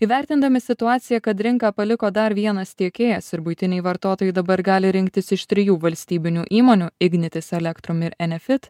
įvertindami situaciją kad rinką paliko dar vienas tiekėjas ir buitiniai vartotojai dabar gali rinktis iš trijų valstybinių įmonių ignitis elektrum ir enefit